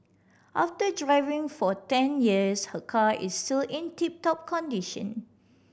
after driving for ten years her car is still in tip top condition